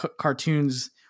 cartoons